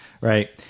Right